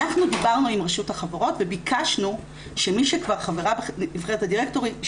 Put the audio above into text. אנחנו דיברנו עם רשות החברות וביקשנו שמי שכבר חברה בנבחרת הדירקטורים,